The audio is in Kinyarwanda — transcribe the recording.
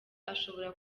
ashobora